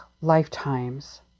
lifetimes